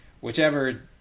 Whichever